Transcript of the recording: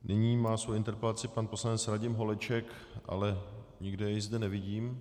Nyní má svoji interpelaci pan poslanec Radim Holeček, ale nikde jej zde nevidím.